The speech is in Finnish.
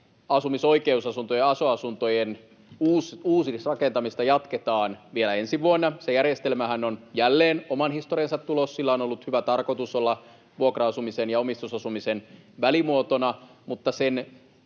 asumisoikeusasuntojen, aso-asuntojen, uudisrakentamista jatketaan vielä ensi vuonna. Se järjestelmähän on jälleen oman historiansa tulos. Sillä on ollut hyvä tarkoitus olla vuokra-asumisen ja omistusasumisen välimuotona. Mutta sen